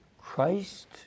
Christ